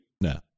No